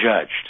judged